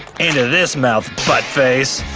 and this mouth, butt-face!